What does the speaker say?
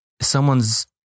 someone's